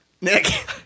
Nick